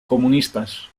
comunistas